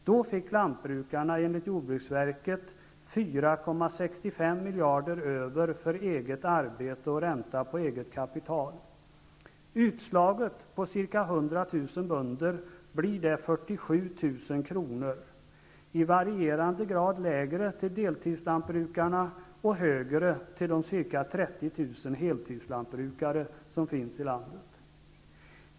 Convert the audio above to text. Då fick lantbrukarna enligt jordbruksverket 4,65 mijarder över för eget arbete och ränta på eget kapital. Utslaget på ca 100 000 bönder blir det 47 000 kr., i varierande grad lägre till deltidslantbrukare och högre till de ca 30 000 heltidslantbrukare som finns i landet.